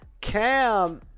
cam